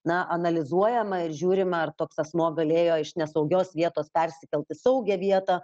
na analizuojama ir žiūrima ar toks asmuo galėjo iš nesaugios vietos persikelt į saugią vietą